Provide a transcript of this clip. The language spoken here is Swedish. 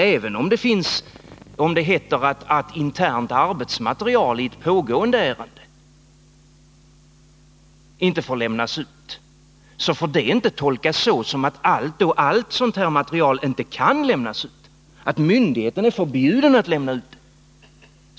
Men även om det heter att internt arbetsmaterial i ett pågående ärende inte får lämnas ut, skall det inte tolkas så som att inget sådant material kan lämnas ut, att myndigheten är förbjuden att lämna ut det.